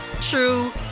true